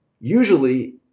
Usually